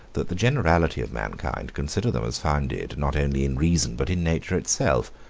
that the generality of mankind consider them as founded, not only in reason, but in nature itself.